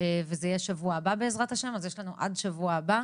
וזה יהיה בשבוע הבא בע"ה אז יש לנו עד שבוע הבא.